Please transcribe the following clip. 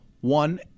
one